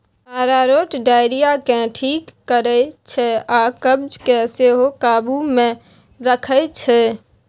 अरारोट diarrhoea केँ ठीक करै छै आ कब्ज केँ सेहो काबु मे रखै छै